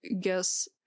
guess